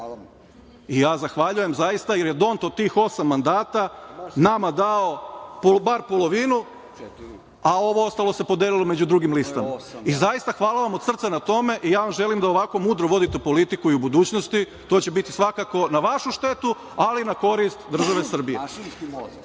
I ja zahvaljujem zaista jer je don od osam mandata nama dao bar polovinu, a ovo ostalo se podelilo među drugim listama i zaista hvala vam od srca na tome i ja vam želim da ovako mudro vodite politiku i u budućnosti. To će biti svakako na vašu štetu, ali na korist države Srbije. Sa